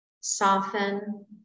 Soften